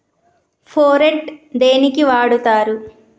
Phorate దేనికి వాడుతరు?